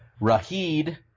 Rahid